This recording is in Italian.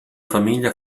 famiglia